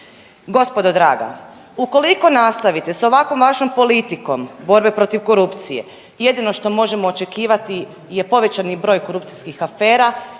Gospodo draga, ukoliko nastavite s ovakvom vašom politikom borbe protiv korupcije jedino što možemo očekivati je povećani broj korupcijskih afera